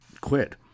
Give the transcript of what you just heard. quit